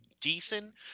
decent